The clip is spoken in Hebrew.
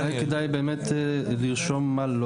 אולי כדאי באמת לרשום מה לא